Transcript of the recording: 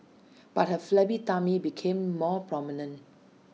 but her flabby tummy became more prominent